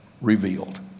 revealed